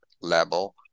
level